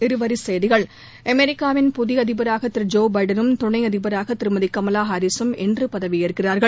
இருவரி செய்திகள் அமெிக்காவின் புதிய அதிபராக திரு ஜோ எபடன் ம் துணை அதிபராக திருமதி கமலா ஹாரீஸ் ம் இன்று பதவியேற்கிறார்கள்